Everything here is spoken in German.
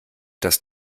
das